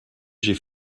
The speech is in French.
j’ai